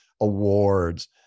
awards